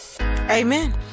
Amen